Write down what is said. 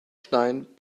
stein